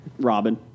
Robin